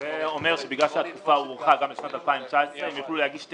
זה אומר שבגלל שהתקופה ערוכה גם לשנת 2019 הם יוכלו להגיש שתי